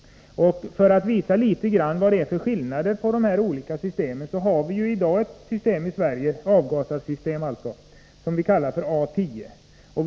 Vi har i dag i Sverige ett avgasreningssystem som kallas A 10. Det system vi vill ha är USA-83.